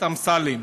אמסלם,